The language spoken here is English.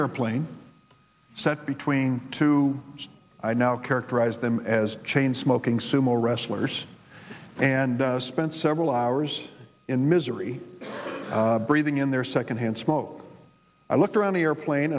airplane sat between two i now characterize them as chain smoking sumo wrestlers and spent several hours in misery breathing in their secondhand smoke i looked around the airplane